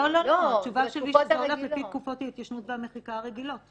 התשובה שלי שזה הולך לפי תקופות ההתיישנות והמחיקה הרגילות.